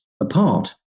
apart